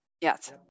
Yes